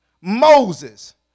Moses